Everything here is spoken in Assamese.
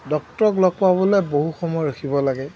ডক্টৰক লগ পাবলৈ বহু সময় ৰখিব লাগে